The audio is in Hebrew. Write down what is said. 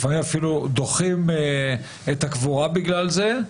לפעמים אפילו דוחים את הקבורה בגלל זו.